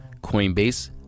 Coinbase